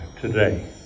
today